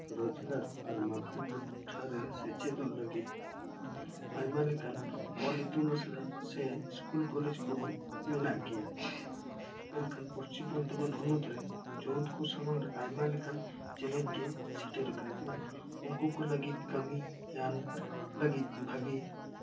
ᱨᱳᱡᱽᱜᱟᱨ ᱟᱨ ᱢᱟᱹᱲᱛᱤ ᱴᱚᱴᱷᱟ ᱨᱮ ᱥᱮᱪᱮᱫᱚᱜ ᱞᱟᱹᱜᱤᱫ ᱟᱭᱢᱟ ᱞᱮᱠᱟᱱ ᱚᱞ ᱤᱛᱩᱱ ᱟᱥᱲᱟ ᱥᱮ ᱥᱠᱩᱞ ᱠᱚᱞᱮᱡᱽ ᱠᱚᱦᱚᱸ ᱢᱮᱱᱟᱜ ᱜᱮᱭᱟ ᱢᱮᱱᱠᱷᱟᱱ ᱯᱚᱪᱷᱤᱢ ᱵᱟᱨᱫᱷᱚᱢᱟᱱ ᱦᱚᱱᱚᱛ ᱨᱮ ᱡᱩᱣᱟᱹᱱ ᱠᱚ ᱥᱟᱢᱟᱝ ᱨᱮ ᱟᱭᱢᱟ ᱞᱮᱠᱟᱱ ᱪᱮᱞᱮᱧᱡᱽ ᱜᱮ ᱥᱮᱴᱮᱨᱟᱠᱟᱱ ᱡᱮᱢᱚᱱ ᱩᱱᱠᱩ ᱠᱚ ᱞᱟ ᱜᱤᱫ ᱠᱟ ᱢᱤ ᱧᱟᱢ ᱞᱟ ᱜᱤᱫ ᱵᱷᱟᱜᱮ